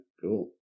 cool